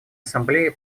ассамблея